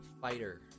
Fighter